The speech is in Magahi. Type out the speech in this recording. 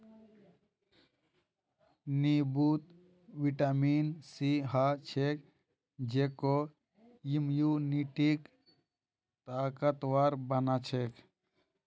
नींबूत विटामिन सी ह छेक जेको इम्यूनिटीक ताकतवर बना छेक